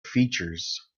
features